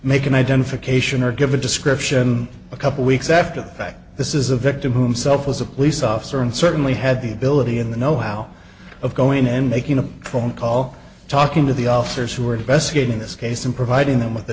make an identification or give a description a couple weeks after the fact this is a victim whom self as a police officer and certainly had the ability in the know how of going and making a phone call talking to the officers who are investigating this case and providing them with a